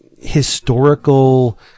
historical